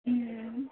మ్మ్